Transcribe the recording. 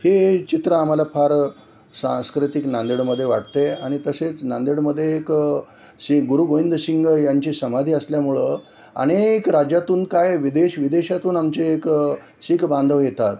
हे चित्र आम्हाला फार सांस्कृतिक नांदेडमध्ये वाटते आनि तसेच नांदेडमदे एक श्री गुरु गोविंद सिंह यांची समाधी असल्यामुळे अनेक राज्यातून काय विदेश विदेशातून आमचे एक शीख बांधव येतात